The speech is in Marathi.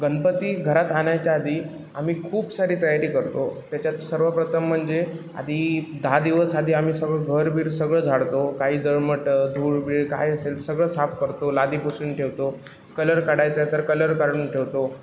गणपती घरात आणायच्या आधी आम्ही खूप सारी तयारी करतो त्याच्यात सर्वप्रथम म्हणजे आधी दहा दिवस आधी आम्ही सर्व घर बीर सगळं झाडतो काहीच जळमटं धूळ बीळ काय असेल सगळं साफ करतो लादी पुसून ठेवतो कलर काढायचा आहे तर कलर काढून ठेवतो